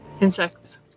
insects